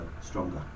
stronger